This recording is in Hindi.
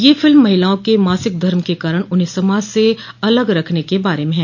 यह फिल्म महिलाओं के मासिक धर्म के कारण उन्हें समाज से अलग रखने के बारे में है